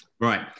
Right